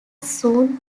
soon